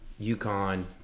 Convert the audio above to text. UConn